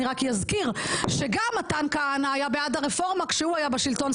אני רק אזכיר שגם מתן כהנא היה בעד הרפורמה כשהוא היה בשלטון.